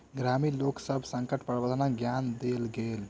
ग्रामीण लोकसभ के संकट प्रबंधनक ज्ञान देल गेल